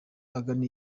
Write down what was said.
agana